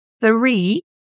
Three